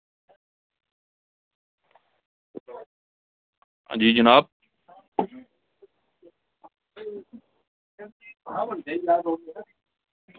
जी जनाब